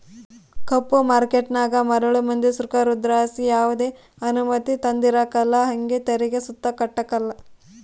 ಕಪ್ಪು ಮಾರ್ಕೇಟನಾಗ ಮರುಳು ಮಂದಿ ಸೃಕಾರುದ್ಲಾಸಿ ಯಾವ್ದೆ ಅನುಮತಿ ತಾಂಡಿರಕಲ್ಲ ಹಂಗೆ ತೆರಿಗೆ ಸುತ ಕಟ್ಟಕಲ್ಲ